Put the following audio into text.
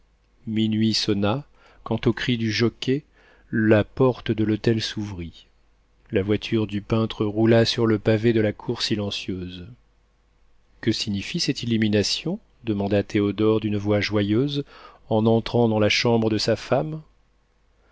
minuit sonna quand au cri du jockei la porte de l'hôtel s'ouvrit la voiture du peintre roula sur le pavé de la cour silencieuse que signifie cette illumination demanda théodore d'une voix joyeuse en entrant dans la chambre de sa femme